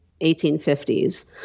1850s